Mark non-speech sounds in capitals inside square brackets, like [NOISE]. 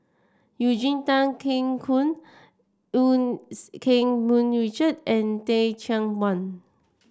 Eugene Tan Kheng [UNINTELLIGIBLE] Eu [UNINTELLIGIBLE] Keng Mun Richard and Teh Cheang Wan